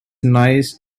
nice